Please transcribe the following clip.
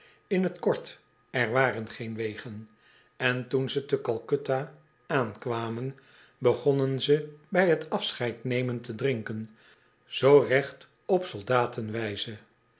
in t kort er waren geen wegen en toen ze te calcutta aankwamen begonnen ze bij t afscheid nemen te drinken zoo recht op